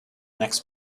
next